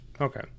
okay